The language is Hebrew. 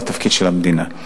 זה תפקיד של המדינה.